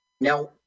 Now